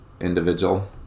individual